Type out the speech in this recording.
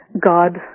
God